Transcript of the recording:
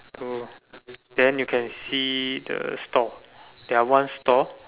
oh then you can see the store there are one store